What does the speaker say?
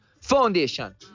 Foundation